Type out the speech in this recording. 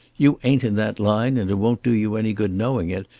you ain't in that line and it won't do you any good knowing it,